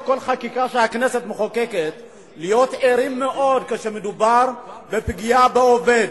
בכל חקיקה שהכנסת מחוקקת להיות ערים מאוד כשמדובר בפגיעה בעובד.